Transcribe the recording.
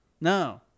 no